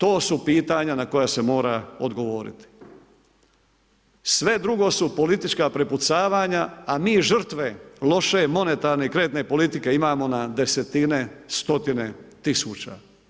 To su pitanja na koja se mora odgovoriti. sve drugo su politička prepucavanja, a mi žrtve loše monetarne i kreditne politike imamo na desetine stotine tisuća.